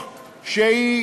או שהיא,